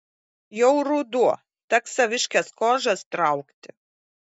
jau ruduo teks saviškes kožas traukti